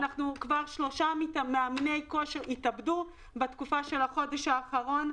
שלושה מאמני כושר התאבדו בחודש האחרון.